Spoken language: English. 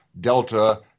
delta